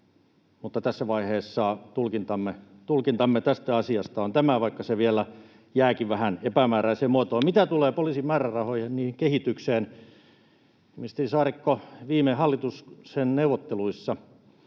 tässä vaiheessa tulkintamme tästä asiasta on tämä, vaikka se vielä jääkin vähän epämääräiseen muotoon. Mitä tulee poliisin määrärahoihin ja niiden kehitykseen, ministeri Saarikko, viime hallituksen neuvotteluissa